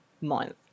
month